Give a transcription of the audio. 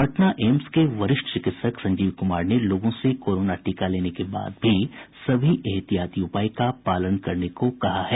Patna AIIMS के वरिष्ठ चिकित्सक संजीव क्मार ने लोगों से कोरोना टीका लेने के बाद भी सभी एहतियाती उपाय का पालन करने को कहा है